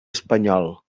espanyol